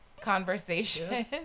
conversation